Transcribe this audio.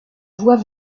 voix